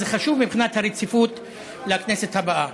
זה חשוב מבחינת הרציפות לכנסת הבאה.